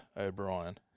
O'Brien